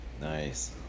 Nice